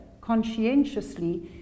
conscientiously